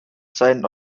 seinen